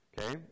Okay